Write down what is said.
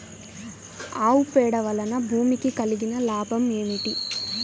ఆవు పేడ వలన భూమికి కలిగిన లాభం ఏమిటి?